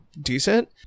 decent